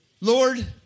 Lord